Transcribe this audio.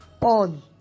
on